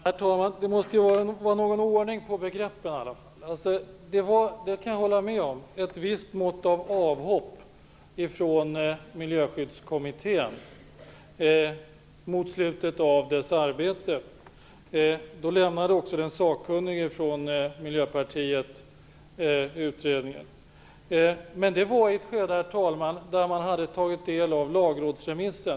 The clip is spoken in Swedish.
Herr talman! Det måste vara någon ordning på begreppen. Jag kan hålla med om att det var fråga om ett visst mått av avhopp från Miljöskyddskommittén mot slutet av dess arbete. Också Miljöpartiets sakkunnige lämnade utredningen. Men det skedde i ett läge där man hade tagit del av Lagrådets remiss.